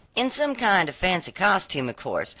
in some kind of fancy costume, of course,